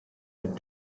had